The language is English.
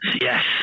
Yes